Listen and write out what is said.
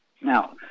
Now